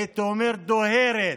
הייתי אומר דוהרת,